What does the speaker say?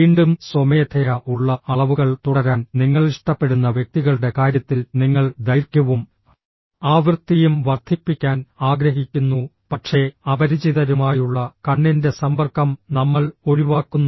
വീണ്ടും സ്വമേധയാ ഉള്ള അളവുകൾ തുടരാൻ നിങ്ങൾ ഇഷ്ടപ്പെടുന്ന വ്യക്തികളുടെ കാര്യത്തിൽ നിങ്ങൾ ദൈർഘ്യവും ആവൃത്തിയും വർദ്ധിപ്പിക്കാൻ ആഗ്രഹിക്കുന്നു പക്ഷേ അപരിചിതരുമായുള്ള കണ്ണിന്റെ സമ്പർക്കം നമ്മൾ ഒഴിവാക്കുന്നു